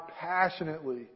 passionately